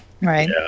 Right